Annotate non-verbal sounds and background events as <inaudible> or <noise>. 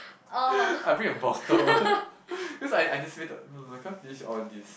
<laughs> I bring a bottle <laughs> because I I anticipated cause these all these